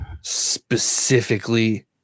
specifically